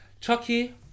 chucky